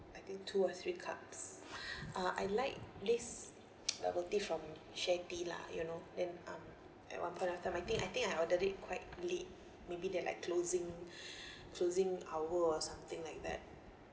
I think two or three cups uh I like this bubble tea from share tea lah you know then uh at one point of time I think I think I ordered it quite late maybe they like closing closing hour or something like that